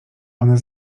one